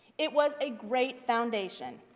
it was a great foundation.